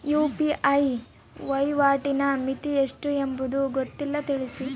UPI ವಹಿವಾಟಿನ ಮಿತಿ ಎಷ್ಟು ಎಂಬುದು ಗೊತ್ತಿಲ್ಲ? ತಿಳಿಸಿ?